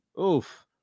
Oof